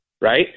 right